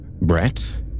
Brett